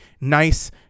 nice